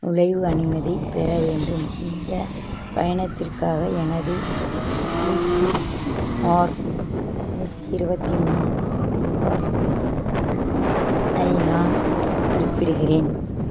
நுழைவு அனுமதி பெற வேண்டும் இந்த பயணத்திற்காக எனது பி யூ ஆர் நூற்றி இருபத்தி மூணு பி ஆர் ஐ நான் குறிப்பிடுகிறேன்